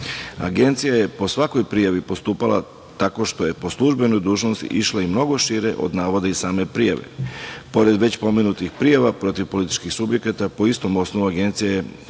Agencija je po svakoj prijavi postupala tako što je po službenoj dužnosti išla i mnogo šire od navoda iz same prijave. Pored već pomenutih prijava, protiv političkih subjekata po istom osnovu Agencija je